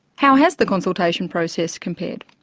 how has the consultation process compared?